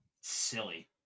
silly